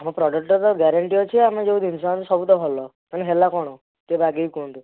ଆମ ପ୍ରଡ଼କ୍ଟଟା ତ ଗ୍ୟାରେଣ୍ଟି ଅଛି ଆମେ ଯେଉଁ ଜିନିଷ ଆଣୁ ସବୁ ତ ଭଲ ତାହେଲେ ହେଲା କଣ ଟିକିଏ ବାଗେଇକି କୁହନ୍ତୁ